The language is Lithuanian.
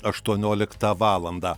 aštuonioliktą valandą